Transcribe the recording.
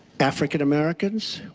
african-americans,